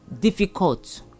difficult